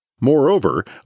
Moreover